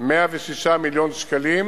106 מיליון שקלים